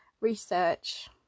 research